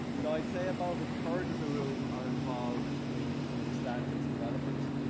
so i would say about a third of the room are involved in in standards development.